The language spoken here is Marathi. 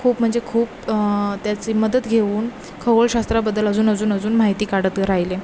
खूप म्हणजे खूप त्याची मदत घेऊन खगोलशास्त्राबद्दल अजून अजून अजून माहिती काढत राहिले